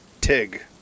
Tig